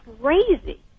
crazy